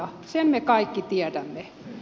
sen me kaikki tiedämme